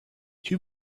two